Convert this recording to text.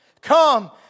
Come